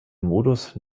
modus